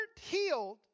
healed